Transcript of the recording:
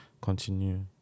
continue